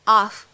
off